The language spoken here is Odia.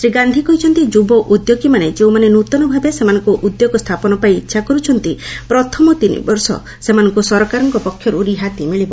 ଶ୍ରୀ ଗାନ୍ଧୀ କହିଛନ୍ତି ଯୁବ ଉଦ୍ୟୋଗୀମାନେ ଯେଉଁମାନେ ନୂତନଭାବେ ସେମାନଙ୍କ ଉଦ୍ୟୋଗ ସ୍ଥାପନ ପାଇଁ ଇଚ୍ଛା କରୁଛନ୍ତି ପ୍ରଥମ ତିନିବର୍ଷ ସେମାନଙ୍କୁ ସରକାରଙ୍କ ପକ୍ଷର୍ତ୍ର ରିହାତି ମିଳିବ